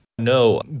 No